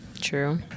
True